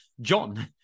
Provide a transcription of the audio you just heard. John